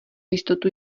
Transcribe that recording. jistotu